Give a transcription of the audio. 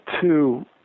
two